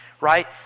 right